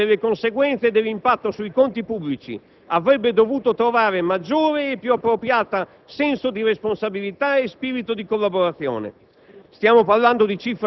Anche la gestione delle conseguenze dell'impatto sui conti pubblici avrebbe dovuto trovare maggiore e più appropriato senso di responsabilità e spirito di collaborazione.